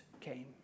came